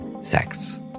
sex